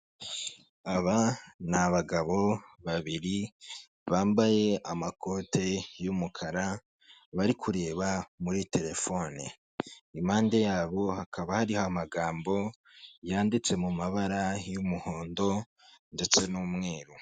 Ku ifoto yacu turahabona ibiganza bibiri kimwe gifashe muri murandasi ikindi gicigatiye amafaranga y'amanyamahanga ndetse n'amanyamerika yifashishwa mu kugura icyo wifuza icyo aricyo cyose gihwanye n'ayo mafaranga.